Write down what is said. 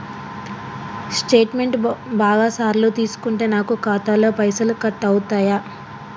Statement బాగా సార్లు తీసుకుంటే నాకు ఖాతాలో పైసలు కట్ అవుతయా?